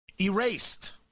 erased